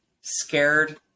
scared